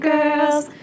Girls